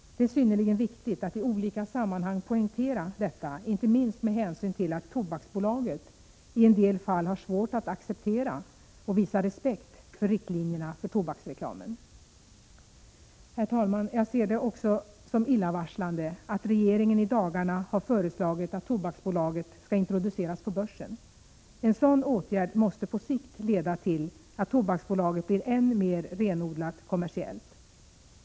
Det är synnerligen viktigt att i olika sammanhang poängtera detta, inte minst med hänsyn till att Tobaksbolaget i en del fall har svårt att acceptera och visa respekt för riktlinjerna för tobaksreklamen. Jag ser det också som illavarslande att regeringen i dagarna har föreslagit att Tobaksbolaget skall introduceras på börsen. En sådan åtgärd måste på sikt leda till att Tobaksbolaget blir ännu mer renodlat kommersiellt.